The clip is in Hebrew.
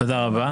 תודה רבה.